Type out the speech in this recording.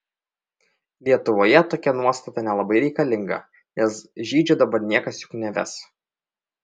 lietuvoje tokia nuostata nelabai reikalinga nes žydžių dabar niekas juk neves